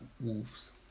Wolves